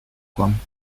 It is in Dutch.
kwam